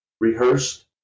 rehearsed